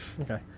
Okay